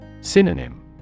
Synonym